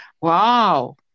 Wow